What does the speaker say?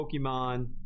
Pokemon